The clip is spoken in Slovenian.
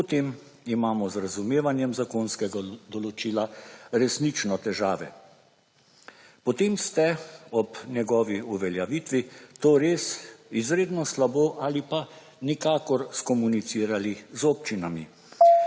potem imamo z razumevanjem zakonskega določila resnično težave. Potem ste ob njegovi uveljavitvi to res izredno slabo ali pa nikakor skomunicirali z občinami